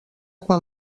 quan